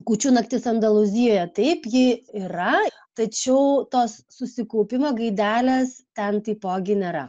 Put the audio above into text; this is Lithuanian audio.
kūčių naktis andalūzijoje taip ji yra tačiau tos susikaupimo gaidelės ten taipogi nėra